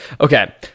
okay